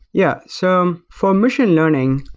yeah, so for machine learning,